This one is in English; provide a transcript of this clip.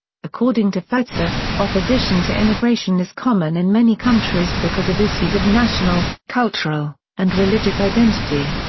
according to fetzer, opposition to immigration is common in many countries because of issues of national, cultural, and religious identity.